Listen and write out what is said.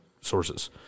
sources